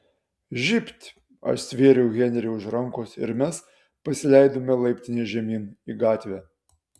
žybt aš stvėriau henrį už rankos ir mes pasileidome laiptine žemyn į gatvę